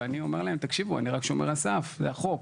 ואני אומר להם, תקשיבו אני רק שומר הסף, זה החוק.